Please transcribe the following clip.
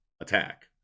attack